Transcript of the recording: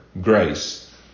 grace